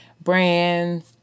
brands